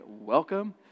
welcome